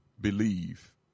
believe